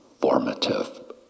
formative